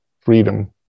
freedom